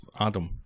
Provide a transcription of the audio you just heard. Adam